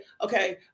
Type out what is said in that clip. okay